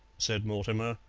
said mortimer,